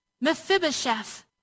Mephibosheth